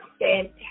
fantastic